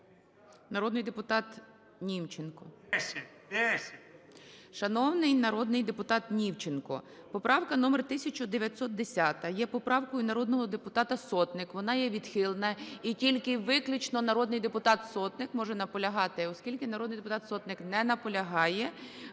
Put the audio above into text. Десять! Десять! ГОЛОВУЮЧИЙ. Шановний народний депутат Німченко, поправка 1910 є поправкою народного депутата Сотник. Вона є відхилена. І тільки виключно народний депутат Сотник може наполягати. Оскільки народний депутат Сотник не наполягає,